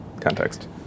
context